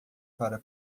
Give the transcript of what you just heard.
para